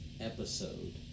episode